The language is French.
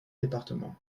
départements